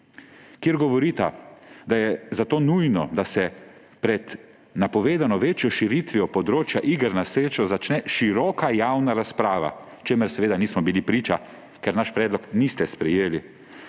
kjer govorita, da »je zato nujno, da se pred napovedano večjo širitvijo področja iger na srečo začne široka javna razprava,« čemur seveda nismo bili priča, ker našega predloga niste sprejeli.